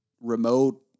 remote